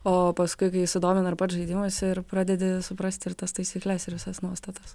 o paskui kai sudomina ir pats žaidimas ir pradedi suprasti ir tas taisykles ir visas nuostatas